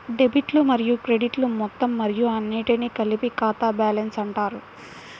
డెబిట్లు మరియు క్రెడిట్లు మొత్తం మరియు అన్నింటినీ కలిపి ఖాతా బ్యాలెన్స్ అంటారు